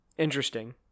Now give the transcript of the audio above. Interesting